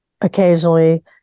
occasionally